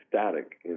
static